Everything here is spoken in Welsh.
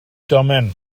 domen